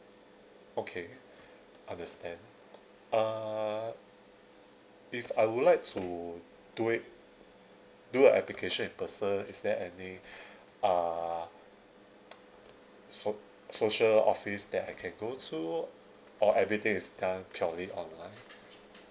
okay understand uh if I would like to do it do an application in person is there any uh so~ social office that I can go to or everything is done purely online